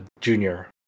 Junior